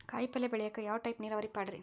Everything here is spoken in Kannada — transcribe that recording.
ಕಾಯಿಪಲ್ಯ ಬೆಳಿಯಾಕ ಯಾವ ಟೈಪ್ ನೇರಾವರಿ ಪಾಡ್ರೇ?